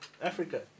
Africa